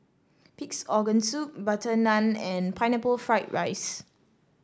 Pig's Organ Soup Butter Naan and Pineapple Fried Rice